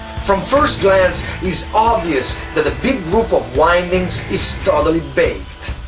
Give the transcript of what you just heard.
from first glance is obvious that a big group of windings is totally baked.